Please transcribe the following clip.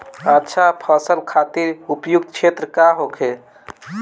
अच्छा फसल खातिर उपयुक्त क्षेत्र का होखे?